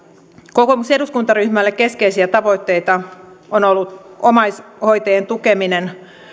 kokoomuksen eduskuntaryhmälle keskeisiä tavoitteita ovat olleet omaishoitajien tukeminen